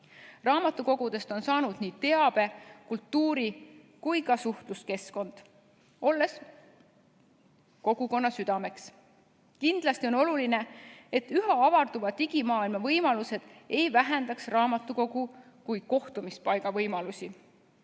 Raamatukogudest on saanud nii teabe-, kultuuri- kui ka suhtluskeskkond, olles kogukonna südameks. Kindlasti on oluline, et üha avarduvad digimaailma võimalused ei vähendaks raamatukogu kui kohtumispaiga võimalusi.